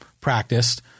practiced